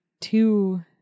two